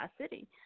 city